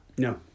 No